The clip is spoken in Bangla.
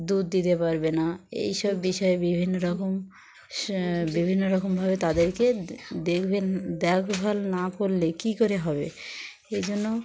দুধ দিতে পারবে না এই সব বিষয়ে বিভিন্ন রকম বিভিন্ন রকমভাবে তাদেরকে দেখভ দেখভাল না করলে কী করে হবে এই জন্য